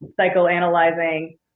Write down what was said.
Psychoanalyzing